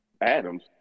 Adams